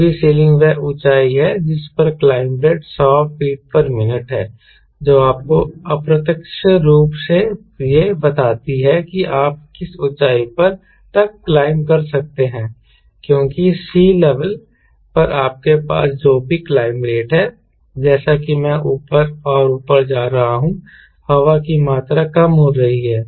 service ceiling वह ऊँचाई है जिस पर क्लाइंब रेट 100 फीट मिनट है जो आपको अप्रत्यक्ष रूप से यह बताती है कि आप किस ऊँचाई तक क्लाइंब कर सकते हैं क्योंकि सी लेवल पर आपके पास जो भी क्लाइंब रेट है जैसा कि मैं ऊपर और ऊपर जा रहा हूँ हवा की मात्रा कम हो रही है